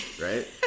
right